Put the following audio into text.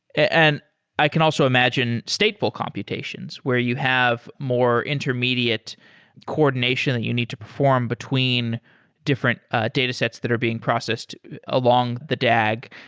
and i can also imagine stateful computations where you have more intermediate coordination that you need to perform between different ah datasets that are being processed along along the dag.